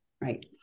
right